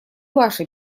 ваше